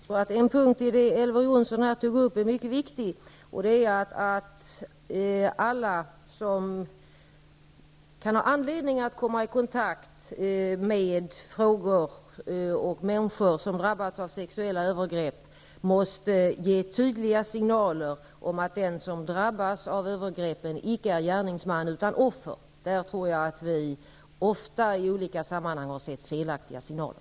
Fru talman! En punkt i det som Elver Jonsson tog upp är mycket viktig. Det gäller att alla som kan ha anledning att komma i kontakt med dessa frågor och med människor som har drabbats av sexuella övergrepp måste ge tydliga signaler om att den som drabbas av ett övergrepp icke är gärningsman utan offer. Jag tror att det ofta i olika sammanhang förekommer felaktiga signaler.